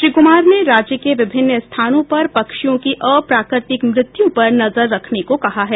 श्री कुमार ने राज्य के विभिन्न स्थानों पर पक्षियों की अप्राकृतिक मृत्यु पर नजर रखने को कहा है